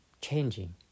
changing